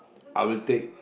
I will take